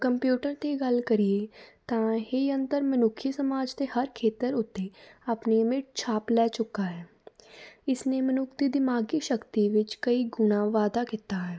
computer ਦੀ ਗੱਲ ਕਰੀਏ ਤਾਂ ਇਹ ਯੰਤਰ ਮਨੁੱਖੀ ਸਮਾਜ 'ਤੇ ਹਰ ਖੇਤਰ ਉੱਤੇ ਆਪਣੀ ਅਮਿੱਟ ਛਾਪ ਲੈ ਚੁੱਕਾ ਹੈ ਇਸ ਨੇ ਮਨੁੱਖ ਦੀ ਦਿਮਾਗੀ ਸ਼ਕਤੀ ਵਿੱਚ ਕਈ ਗੁਣਾ ਵਾਧਾ ਕੀਤਾ ਹੈ